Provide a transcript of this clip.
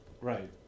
Right